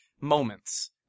moments